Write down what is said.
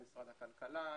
למשרד הכלכלה,